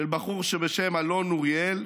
של בחור בשם אלון נוריאל,